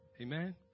Amen